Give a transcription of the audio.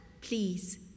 please